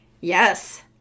yes